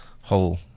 whole